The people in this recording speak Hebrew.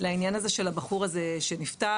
לעניין הזה של הבחור הזה שנפטר,